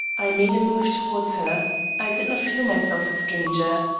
i made a move towards her i did not feel myself a stranger.